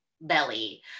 belly